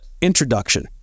Introduction